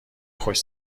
خوش